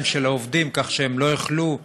של העובדים כך שהם לא יוכלו לשבות,